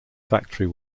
factory